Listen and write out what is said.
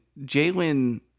Jalen